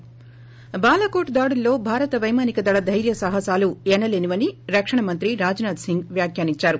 ి బాలకోట్ దాడులలో భారత వైమానిక దళ దైర్యసాహసాలు ఎనలేనివని రక్షణ మంత్రి రాజ్నాధ్ సింగ్ వ్యాఖ్యానించారు